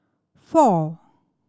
four